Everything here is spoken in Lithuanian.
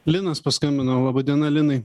linas paskambino laba diena linai